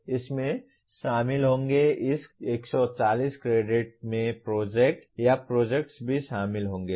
इसमें शामिल होंगे इस 140 क्रेडिट में प्रोजेक्ट या प्रोजेक्ट्स भी शामिल होंगे